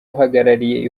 uhagarariye